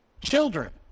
Children